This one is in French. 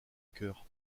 cœur